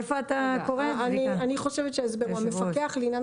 אני חושבת שההסבר הוא שהמפקח לעניין